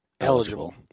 eligible